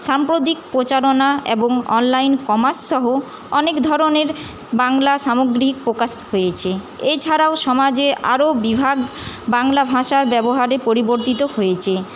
সাম্প্রতিক প্রচারণা এবং অনলাইন কমার্স সহ অনেক ধরনের বাংলা সামগ্রী প্রকাশ পেয়েছে এছাড়াও সমাজে আরও বিভাগ বাংলা ভাষার ব্যবহারে পরিবর্তিত হয়েছে